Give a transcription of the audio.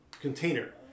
container